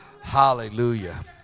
Hallelujah